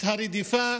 את הרדיפה